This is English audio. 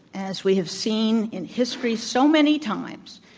as we have seen in history so many times,